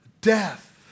death